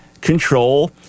control